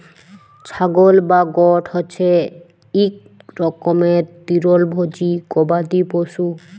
ছাগল বা গট হছে ইক রকমের তিরলভোজী গবাদি পশু